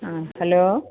ആ ഹലോ